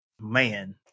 Man